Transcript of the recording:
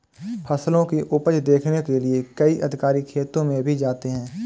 फसलों की उपज देखने के लिए कई अधिकारी खेतों में भी जाते हैं